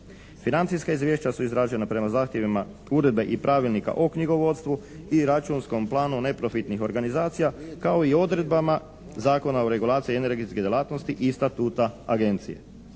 Financijska izvješća su izrađena prema zahtjevima uredbe i pravilnika o knjigovodstvu i računskom planu neprofitnih organizacija kao i odredbama Zakona o regulaciji energetskih djelatnosti i statuta Agencije.